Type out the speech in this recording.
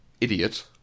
idiot